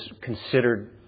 considered